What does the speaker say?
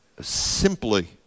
simply